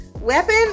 weapon